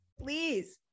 please